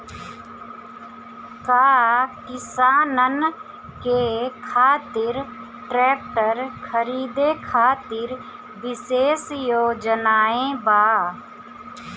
का किसानन के खातिर ट्रैक्टर खरीदे खातिर विशेष योजनाएं बा?